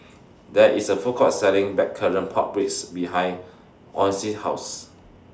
There IS A Food Court Selling Blackcurrant Pork Ribs behind Ocie House